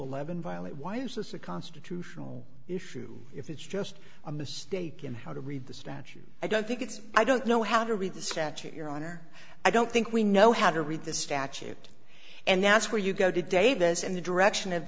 eleven violet why is this a constitutional issue if it's just a mistake in how to read the statute i don't think it's i don't know how to read the statute your honor i don't think we know how to read the statute and that's where you go to davis in the direction of